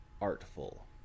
artful